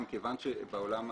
ברגע שתעבור חקיקה,